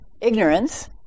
Ignorance